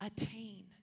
attain